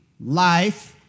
life